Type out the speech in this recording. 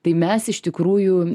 tai mes iš tikrųjų